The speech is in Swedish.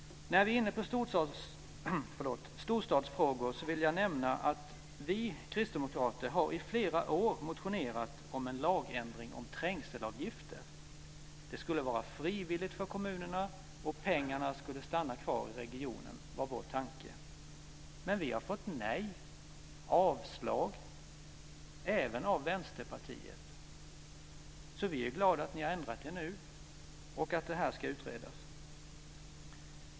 När vi är inne på storstadsfrågor vill jag nämna att vi kristdemokrater i flera år har motionerat om en lagändring om trängselavgifter. De skulle vara frivilliga för kommunerna, och pengarna skulle stanna kvar i regionen, var vår tanke. Men vi har fått nej, avslag, även av Vänsterpartiet. Vi är glada att ni har ändrat er nu och att frågan ska utredas.